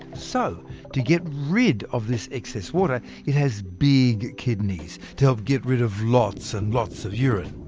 and so to get rid of this excess water, it has big kidneys to help get rid of lots and lots of urine.